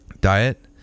diet